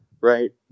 right